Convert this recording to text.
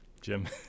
Jim